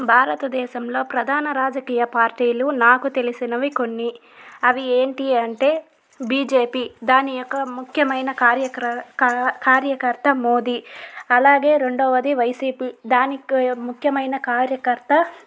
భారతదేశంలో ప్రధాన రాజకీయ పార్టీలు నాకు తెలిసినవి కొన్ని అవి ఏంటి అంటే బీజేపీ దాని యొక్క ముఖ్యమైన కార్యక కార్యక కార్యకర్త మోడీ అలాగే రెండవది వైసీపీ దానికి ముఖ్యమైన కార్యకర్త